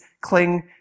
cling